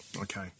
Okay